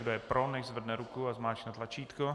Kdo je pro, nechť zvedne ruku a zmáčkne tlačítko.